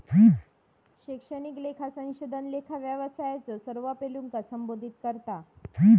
शैक्षणिक लेखा संशोधन लेखा व्यवसायाच्यो सर्व पैलूंका संबोधित करता